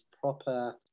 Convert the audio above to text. proper